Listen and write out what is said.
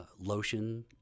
lotion